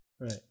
Right